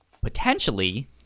potentially